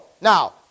Now